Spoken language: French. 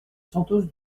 santos